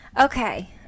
okay